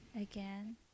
Again